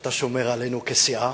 שאתה שומר עלינו כסיעה.